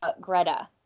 Greta